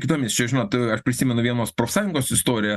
kitomis čia žinot aš prisimenu vienos profsąjungos istoriją